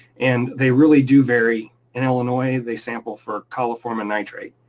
and they really do vary. in illinois, they sample for coliform and nitrate,